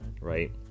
right